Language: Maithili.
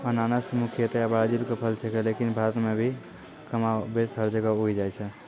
अनानस मुख्यतया ब्राजील के फल छेकै लेकिन भारत मॅ भी कमोबेश हर जगह उगी जाय छै